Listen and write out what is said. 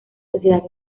sociedad